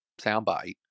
soundbite